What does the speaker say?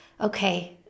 okay